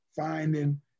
finding